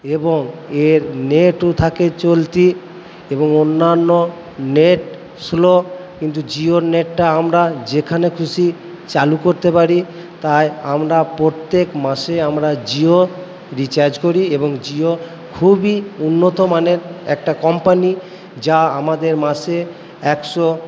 এবং এর নেটও থাকে চলতি এবং অন্যান্য নেট স্লো কিন্তু জিওর নেটটা আমরা যেখানে খুশি চালু করতে পারি তাই আমরা প্রত্যেক মাসে আমরা জিও রিচার্জ করি এবং জিও খুবই উন্নতমানের একটা কোম্পানি যা আমাদের মাসে একশো